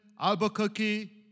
Albuquerque